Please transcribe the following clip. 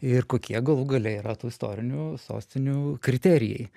ir kokie galų gale yra tų istorinių sostinių kriterijai